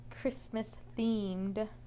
Christmas-themed